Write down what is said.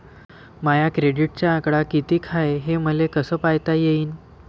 माया क्रेडिटचा आकडा कितीक हाय हे मले कस पायता येईन?